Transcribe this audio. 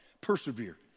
persevere